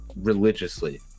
religiously